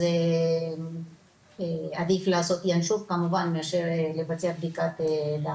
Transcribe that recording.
אז עדיף לעשות ינשוף כמובן, מאשר לבצע בדיקת דם.